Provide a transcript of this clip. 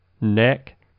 neck